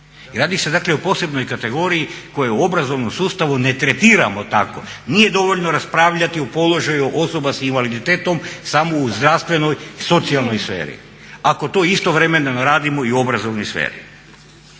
radi se dakle o posebnoj kategoriji koje u obrazovnom sustavu ne tretiramo tako. Nije dovoljno raspravljati o položaju osoba s invaliditetom samo u zdravstvenoj i socijalnoj sferi ako to istovremeno ne radimo i u obrazovnoj sferi.